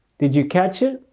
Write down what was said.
did you catch it?